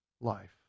life